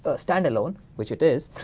standalone. which it is,